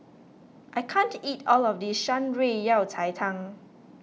I can't eat all of this Shan Rui Yao Cai Tang